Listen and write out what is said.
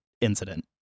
incident